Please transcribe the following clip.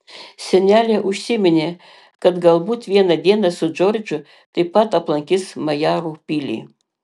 senelė užsiminė kad galbūt vieną dieną su džordžu taip pat aplankys majarų pilį